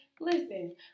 listen